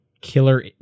killer